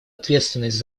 ответственность